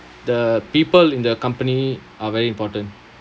the people in the company are very important